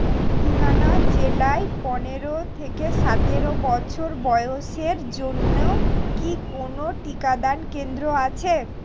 লুধিয়ানা জেলায় পনেরো থেকে সাতেরো বছর বয়সের জন্য কি কোনও টিকাদান কেন্দ্র আছে